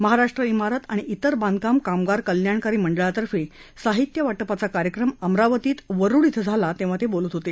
महाराष्ट्र इमारत आणि इतर बांधकाम कामगार कल्याणकारी मंडळातर्फे साहित्य वाटपाचा कार्यक्रम अमरावतीमधे वरुड इथं झाला तेव्हा ते बोलत होते